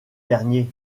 derniers